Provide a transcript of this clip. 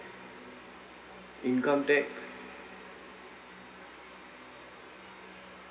income tax